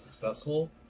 successful